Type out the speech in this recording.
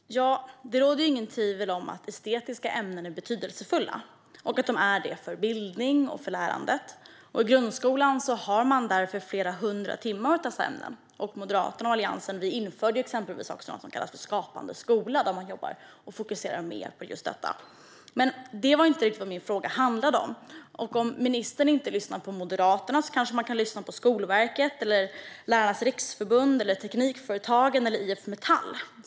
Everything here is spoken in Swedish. Herr talman! Det råder inget tvivel om att estetiska ämnen är betydelsefulla för bildning och lärande. I grundskolan finns därför flera hundra timmar av dessa ämnen. Moderaterna och Alliansen införde exempelvis Skapande skola där man fokuserar mer på dessa ämnen. Men det var inte detta min fråga handlade om. Om ministern inte lyssnar på Moderaterna kanske han kan lyssna på Skolverket, Lärarnas Riksförbund, Teknikföretagen eller IF Metall.